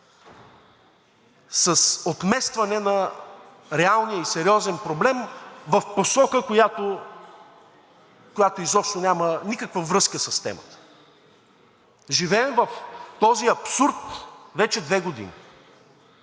с отместване на реалния и сериозен проблем в посока, която изобщо няма никаква връзка с темата. Живеем в този абсурд вече две години.